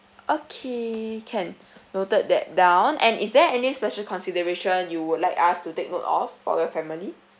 okay can noted that down and is there any special consideration you would like us to take note of for your family